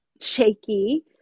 shaky